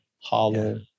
hollow